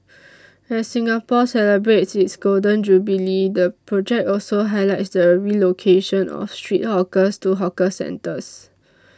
as Singapore celebrates its Golden Jubilee the project also highlights the relocation of street hawkers to hawker centres